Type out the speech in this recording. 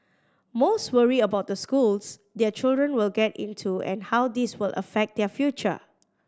most worry about the schools their children will get into and how this will affect their future